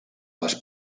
les